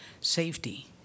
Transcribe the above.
Safety